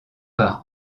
par